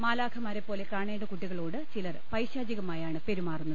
മാലാഖമാരെ പോലെ കാണേണ്ട കുട്ടികളോട് ചിലർ പൈശാചികമായാണ് പെരുമാറുന്നത്